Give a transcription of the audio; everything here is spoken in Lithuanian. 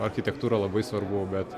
architektūra labai svarbu bet